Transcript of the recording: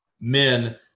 men